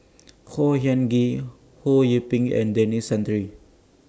Khor Ean Ghee Ho Yee Ping and Denis Santry